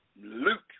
Luke